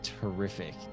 terrific